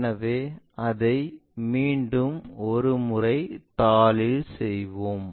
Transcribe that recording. எனவே அதை மீண்டும் ஒரு முறை தாளில் செய்வோம்